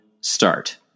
start